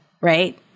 right